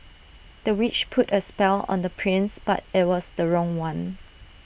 the witch put A spell on the prince but IT was the wrong one